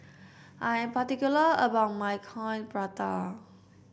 I am particular about my Coin Prata